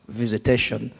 visitation